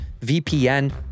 VPN